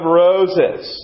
roses